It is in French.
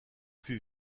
fut